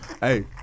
Hey